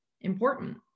important